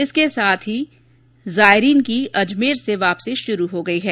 इसके साथ ही जायरीन की अजमेर से वापसी शुरू हो गई है